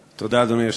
תודה, אדוני היושב-ראש.